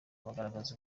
bagaragaza